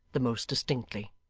the most distinctly.